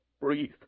Breathe